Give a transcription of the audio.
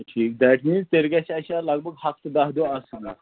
ٹھیٖک that means تیٚلہِ گژھِ اَسہِ لگ بگ ہفتہٕ دَہ دۄہ آسُن